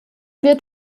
wird